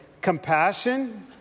compassion